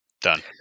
Done